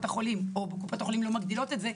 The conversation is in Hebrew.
החולים או קופות החולים לא מגדילות את זה,